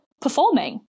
performing